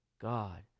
God